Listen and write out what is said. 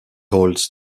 holds